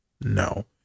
No